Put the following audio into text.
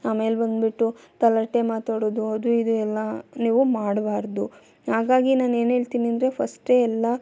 ಆಮೇಲೆ ಬಂದ್ಬಿಟ್ಟು ತಲೆಹರಟೆ ಮಾತಾಡೋದು ಅದು ಇದು ಎಲ್ಲ ನೀವು ಮಾಡ್ಬಾರ್ದು ಹಾಗಾಗಿ ನಾನು ಏನು ಹೇಳ್ತೀನಿ ಅಂದರೆ ಫಸ್ಟೇ ಎಲ್ಲ